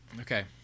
Okay